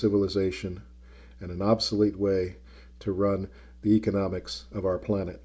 civilization and an obsolete way to run the economics of our planet